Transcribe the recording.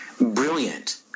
brilliant